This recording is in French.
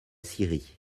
syrie